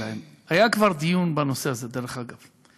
היה כבר דיון בנושא הזה, דרך אגב.